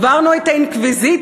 עברנו את האינקוויזיציה,